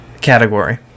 category